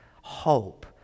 hope